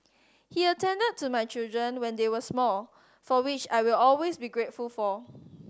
he attended to my children when they were small for which I will always be grateful